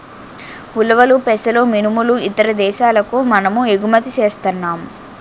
ఉలవలు పెసలు మినుములు ఇతర దేశాలకు మనము ఎగుమతి సేస్తన్నాం